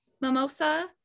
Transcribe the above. mimosa